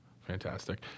fantastic